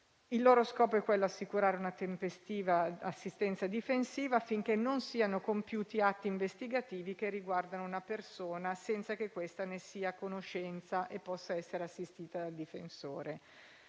il loro scopo è assicurare una tempestiva assistenza difensiva, affinché non siano compiuti atti investigativi che riguardano una persona, senza che questa ne sia a conoscenza e possa essere assistita dal difensore.